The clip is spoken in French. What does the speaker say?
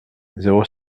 zéro